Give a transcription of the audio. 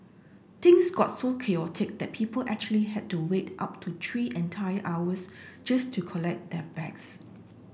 things got so chaotic that people actually had to wait up to three entire hours just to collect their bags